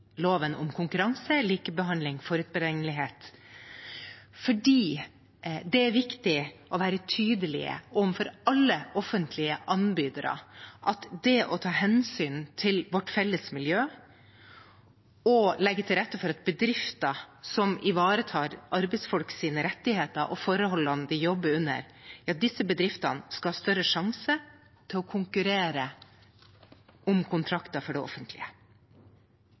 loven om konkurranse, likebehandling og forutberegnelighet, fordi det er viktig å være tydelig overfor alle offentlige anbydere om at det å ta hensyn til vårt felles miljø og legge til rette for at bedrifter som ivaretar arbeidsfolks rettigheter og forholdene de jobber under, er viktig for at bedriftene skal få sjanse til å konkurrere om kontrakter for det offentlige.